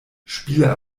spiele